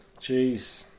Jeez